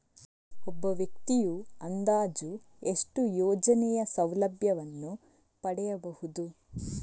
ಒಬ್ಬ ವ್ಯಕ್ತಿಯು ಅಂದಾಜು ಎಷ್ಟು ಯೋಜನೆಯ ಸೌಲಭ್ಯವನ್ನು ಪಡೆಯಬಹುದು?